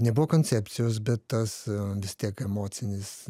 nebuvo koncepcijos bet tas vis tiek emocinis